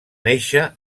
nàixer